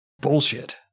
Bullshit